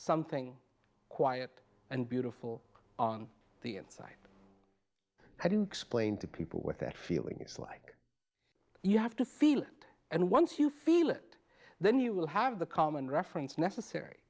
something quiet and beautiful on the inside i don't explain to people what their feelings like you have to feel and once you feel it then you will have the common reference necessary